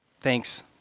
Thanks